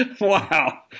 Wow